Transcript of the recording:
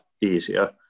easier